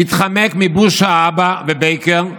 התחמק מבוש האבא ובייקר,